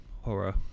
horror